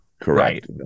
correct